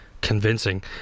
convincing